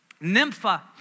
Nympha